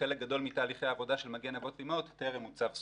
חלק גדול מתהליכי העבודה של "מגן אבות ואימהות" טרם עוצב סופית.